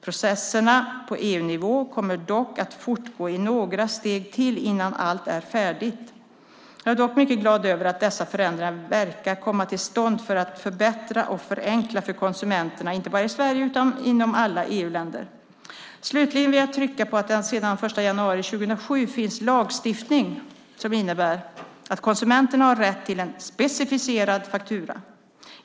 Processerna på EU-nivån kommer dock att fortgå i några steg till innan allt är färdigt. Jag är dock mycket glad över att dessa förändringar verkar komma till stånd för att förbättra och förenkla för konsumenterna, inte bara i Sverige, utan inom alla EU-länder. Slutligen vill jag trycka på att det sedan den 1 januari 2007 finns lagstiftning som innebär att konsumenten har rätt till en specificerad faktura.